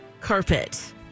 carpet